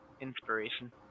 inspiration